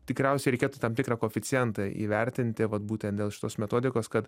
tikriausiai reikėtų tam tikrą koeficientą įvertinti vat būtent dėl šitos metodikos kad